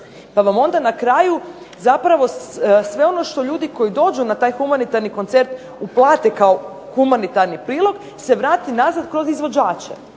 Pa vam onda na kraju zapravo sve ono što ljudi koji dođu na taj humanitarni koncert uplate kao humanitarni prilog se vrati nazad kroz izvođače